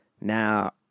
now